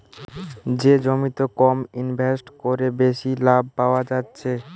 যে জমিতে কম ইনভেস্ট কোরে বেশি লাভ পায়া যাচ্ছে